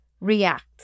react